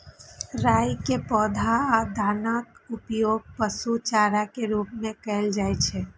राइ के पौधा आ दानाक उपयोग पशु चारा के रूप मे कैल जाइ छै